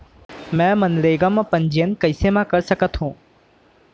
मैं मनरेगा म पंजीयन कैसे म कर सकत हो?